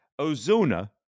Ozuna